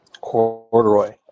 corduroy